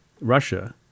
Russia